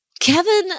Kevin